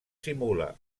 simula